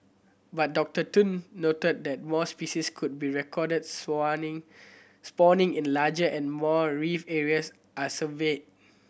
but Doctor Tun noted that more species could be recorded spawning it larger and more reef areas are surveyed